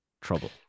Trouble